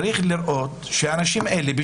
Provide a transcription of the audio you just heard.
צריך לראות שהאנשים האלה,